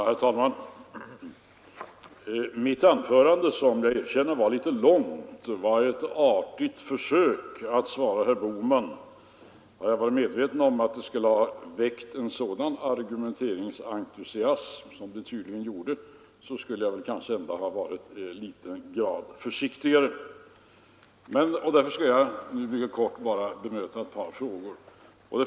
Herr talman! Mitt anförande, som jag erkänner var litet långt, var ett artigt försök att svara herr Bohman. Om jag varit medveten om att det skulle väcka en sådan argumenteringsentusiasm som det tydligen gjorde, hade jag kanske varit litet försiktigare. Därför skall jag nu mycket kort bara ta upp ett par frågor.